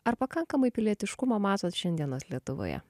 ar pakankamai pilietiškumo matot šiandienos lietuvoje